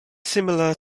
similar